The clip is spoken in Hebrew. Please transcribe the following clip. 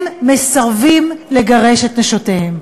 הם מסרבים לגרש את נשותיהם.